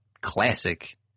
classic